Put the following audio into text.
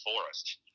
Forest